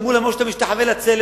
כשאמרו להם: או שאתה משתחווה לצלם,